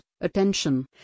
attention